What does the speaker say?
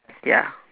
ya